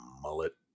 mullet